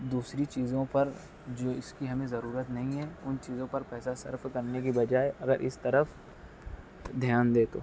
دوسری چیزوں پر جو اس کی ہمیں ضرورت نہیں ہے ان چیزوں پر پیسہ صرف کرنے کے بجائے اگر اس طرف دھیان دے تو